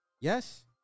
yes